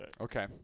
Okay